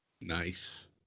Nice